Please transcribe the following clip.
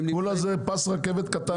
כולה זה פס רכבת קטן.